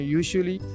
usually